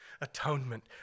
Atonement